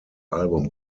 album